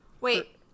wait